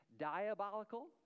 diabolical